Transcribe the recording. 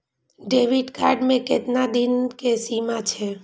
Debit card के केतना दिन के सीमा छै?